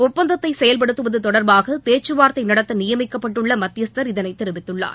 ஒப்பந்தத்தை செயல்படுத்துவது தொடர்பாக பேச்சுவார்த்தை நடத்த நியமிக்கப்பட்டுள்ள மத்தியஸ்தர் இதனை தெரிவித்துள்ளார்